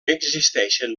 existeixen